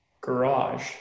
garage